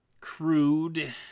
crude